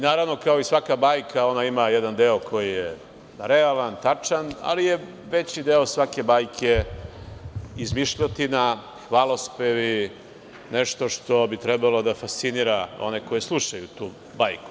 Naravno, kao i svaka bajka, on ima jedan deo koji je realan, tačan, ali je veći deo svake bajke izmišljotina, hvalospevi, nešto što bi trebalo da fascinira one koji slušaju tu bajku.